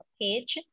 page